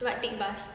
what take bus